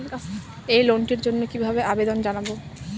এই লোনটির জন্য কিভাবে আবেদন জানাবো?